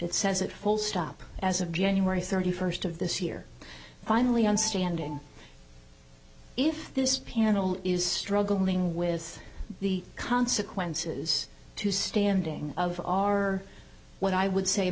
it says that full stop as of january thirty first of this year finally on standing if this panel is struggling with the consequences to standing of our what i would say